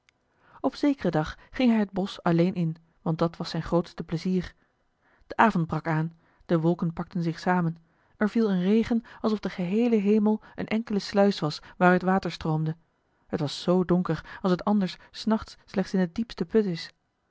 op zekeren dag ging hij het bosch alleen in want dat was zijn grootste plezier de avond brak aan de wolken pakten zich samen er viel een regen alsof de geheele hemel een enkele sluis was waaruit water stroomde het was zoo donker als het anders s nachts slechts in den diepsten put is